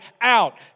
out